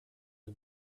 the